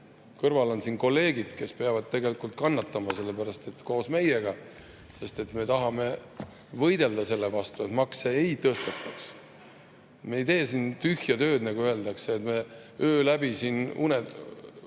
kõrval on kolleegid, kes peavad kannatama selle pärast koos meiega, sest me tahame võidelda selle vastu, et makse ei tõstetaks. Me ei tee siin tühja tööd, nagu öeldakse, et me öö läbi siin unega